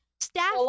staff